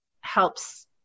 helps